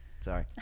Sorry